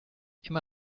emma